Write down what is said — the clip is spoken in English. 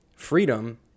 Freedom